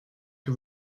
que